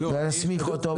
להסמיך אותו.